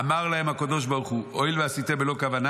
אמר להם הקדוש ברוך הוא: הואיל ועשיתם בלא כוונה,